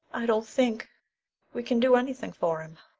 i don't think we can do anything for him.